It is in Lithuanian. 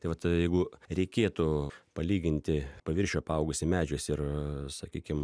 tai vat jeigu reikėtų palyginti paviršių apaugusį medžiais ir sakykim